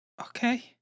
Okay